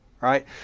right